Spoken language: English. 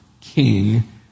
king